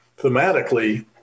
thematically